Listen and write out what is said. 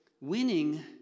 winning